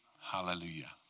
Hallelujah